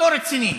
לא רציני.